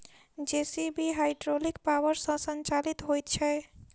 JCB hydraulic power सॅ संचालित होइत छै